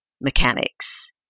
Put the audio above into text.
mechanics